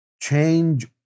change